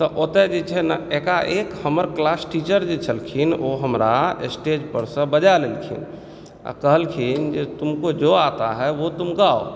तऽ ओतेय जे छै ने एकाएक हमर क्लास टीचर जे छलखिन ओ हमरा स्टेज पर से बजा लेलखिन आ कहलखिन तुमको जो आता है वह तुम गाओ